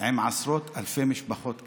עם עשרות אלפי משפחות כאלה.